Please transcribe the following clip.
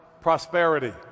prosperity